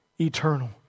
eternal